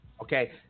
Okay